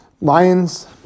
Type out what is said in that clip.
Lions